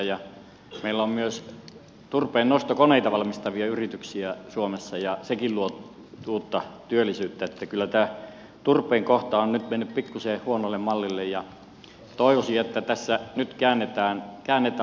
meillä on myös turpeennostokoneita valmistavia yrityksiä suomessa ja sekin luo uutta työllisyyttä että kyllä tämä turpeen kohta on nyt mennyt pikkuiseen huonolle mallille ja toivoisin että tässä nyt käännetään otetta